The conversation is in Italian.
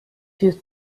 più